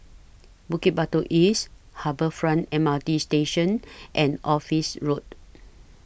Bukit Batok East Harbour Front M R T Station and Office Road